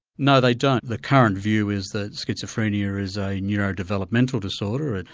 no they don't, the current view is that schizophrenia is a neuro-developmental disorder,